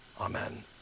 Amen